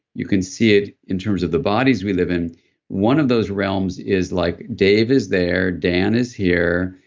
you can see it in terms of the bodies we live in one of those realms is like, dave is there, dan is here,